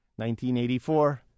1984